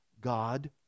God